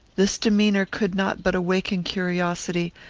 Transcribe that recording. this demeanour could not but awaken curiosity,